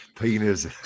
penis